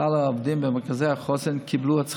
כלל העובדים במרכזי החוסן קיבלו את שכרם.